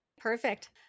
Perfect